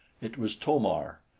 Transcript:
it was to-mar.